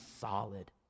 solid